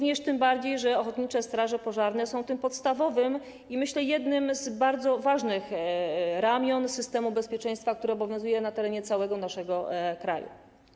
Dziękuję tym bardziej, że ochotnicze straże pożarne są tym podstawowym i, jak myślę, jednym z bardzo ważnych ramion systemu bezpieczeństwa, który obowiązuje na terenie całego naszego kraju.